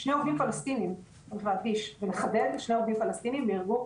אני אחדד שני עובדים פלסטינים נהרגו